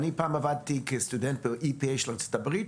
פעם עבדתי כסטודנט בארצות הברית,